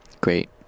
great